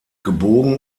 gebogen